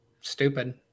Stupid